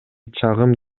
чагым